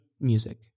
music